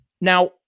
now